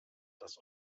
das